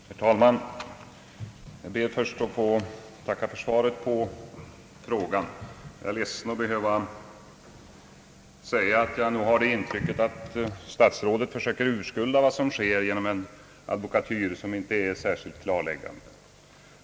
Herr talman! Jag ber först att få tacka för svaret på frågan. Jag är ledsen att behöva säga att jag nog har det intrycket att statsrådet försöker urskulda vad som sker genom en advokatyr som inte är särskilt klarläggande.